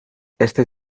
este